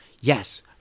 Yes